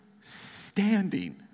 standing